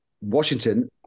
Washington